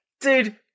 dude